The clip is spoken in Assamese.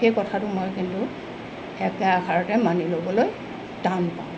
সেই কথাটো মই কিন্তু একে আষাৰতে মানি ল'বলৈ টান পাওঁ